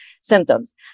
symptoms